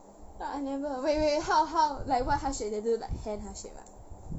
but I never wait wait how how like what heart shape they do like hand heart shape ah